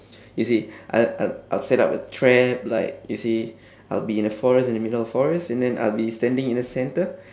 you see I'll I'll I'll set up a trap like you see I'll be in a forest in the middle of a forest and then I'll be standing in the centre